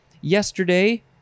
Yesterday